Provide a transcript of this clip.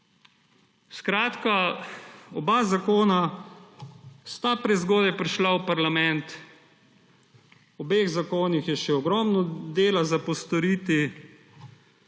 Novaka. Oba zakona sta prezgodaj prišla v parlament, pri obeh zakonih je še ogromno dela za postoriti.